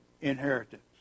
inheritance